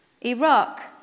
Iraq